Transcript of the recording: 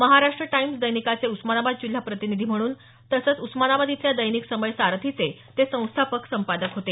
Maharashtra Times दैनिकाचे उस्मानाबाद जिल्हा प्रतिनिधी म्हणून तसंच उस्मानाबाद इथल्या दैनिक समय सारथीचे ते संस्थापक संपादक होते